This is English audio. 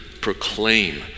proclaim